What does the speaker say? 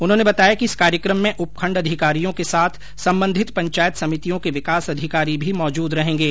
उन्होंने बताया कि इस कार्यक्रम में उपखण्ड अधिकारियों के साथ सम्बंधित पंचायत समितियों के विकास अधिकारी भी मौजूद रहेंगे